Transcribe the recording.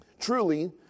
Truly